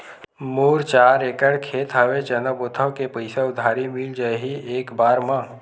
मोर चार एकड़ खेत हवे चना बोथव के पईसा उधारी मिल जाही एक बार मा?